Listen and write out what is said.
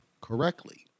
correctly